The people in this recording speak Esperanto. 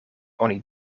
oni